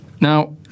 Now